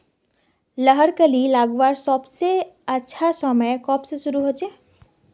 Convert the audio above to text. लहर कली लगवार सबसे अच्छा समय कब से शुरू होचए?